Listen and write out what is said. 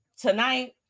tonight